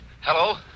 Hello